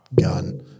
gun